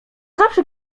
zawsze